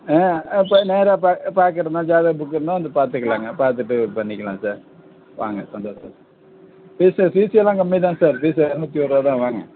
ஆ ஆ இப்போ நேராக பா பார்க்கறதுனா ஜாதகம் புக் இருந்தால் வந்து பார்த்துக்கலாங்க பார்த்துட்டு இது பண்ணிக்கலாம் சார் வாங்க சந்தோஷம் ஃபீஸு ஃபீஸுஸெல்லாம் கம்மி தான் சார் ஃபீஸு இரநூத்தி ஓர்ரூவா தான் வாங்க